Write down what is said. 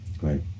Right